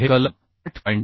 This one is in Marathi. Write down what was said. हे कलम 8